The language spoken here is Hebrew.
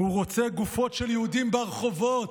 "הוא רוצה גופות של יהודים ברחובות",